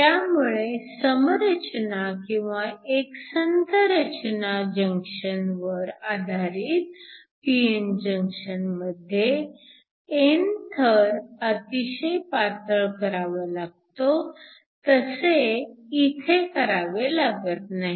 त्यामुळे समरचना किंवा एकसंध रचना जंक्शन वर आधारित p n जंक्शन मध्ये n थर अतिशय पातळ करावा लागतो तसे इथे करावे लागत नाही